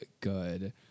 good